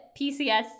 PCS